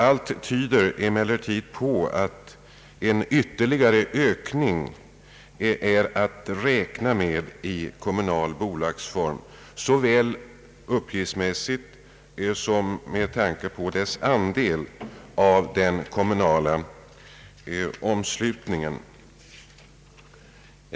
Allt tyder emellertid på att en ytterligare ökning är att räkna med i kommunal bolagsform såväl uppgiftsmässigt som med tanke på dess andel av den kommunala omslutningen.